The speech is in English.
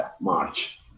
March